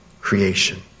creation